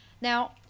Now